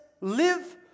live